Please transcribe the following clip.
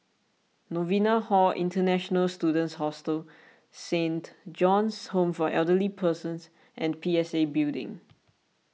Novena Hall International Students Hostel Saint John's Home for Elderly Persons and P S A Building